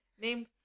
name